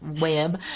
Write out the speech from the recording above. web